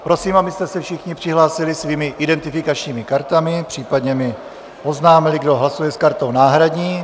Prosím, abyste se všichni přihlásili svými identifikačními kartami, případně mi oznámili, kdo hlasuje s kartou náhradní.